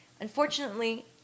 unfortunately